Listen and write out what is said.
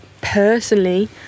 personally